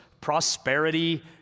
prosperity